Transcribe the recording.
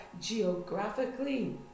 geographically